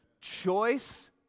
Choice